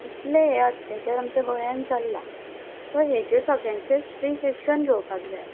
इतले हे अत्याचार आमच्या गोंयान चलला सो हेजेर सगल्यांचेर स्ट्रीक एक्शन घेवपाक जाय